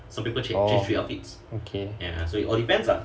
oh okay